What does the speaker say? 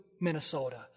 Minnesota